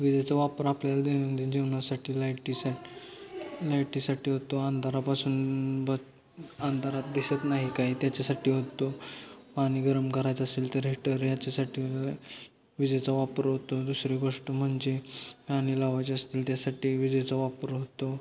विजेचा वापर आपल्याला दैनंदिन जीवनासाठी लाईटीसाठी लाइटीसाठी होतो अंधारापासून ब आंधारात दिसत नाही काही त्याच्यासाठी होतो पाणी गरम करायचं असेल तर हीटर याच्यासाठी विजेचा वापर होतो दुसरी गोष्ट म्हणजे पाणी लावायची असतील त्यासाठी विजेचा वापर होतो